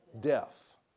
Death